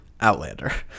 Outlander